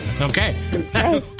okay